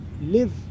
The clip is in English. live